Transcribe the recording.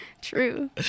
True